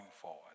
forward